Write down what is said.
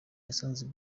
yasanze